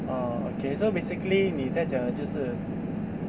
uh okay so basically 妳在讲的就是